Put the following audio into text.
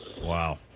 Wow